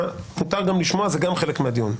מותר גם לשמוע, זה גם חלק מהדיון.